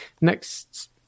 next